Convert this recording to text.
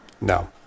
No